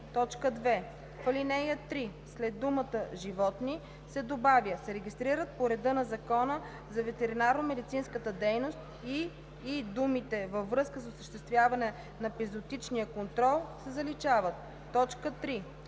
2. В ал. 3 след думата „животни“ се добавя „се регистрират по реда на Закона за ветеринарномедицинската дейност и“ и думите „във връзка с осъществяване на епизоотичния контрол“ се заличават. 3.